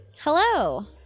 Hello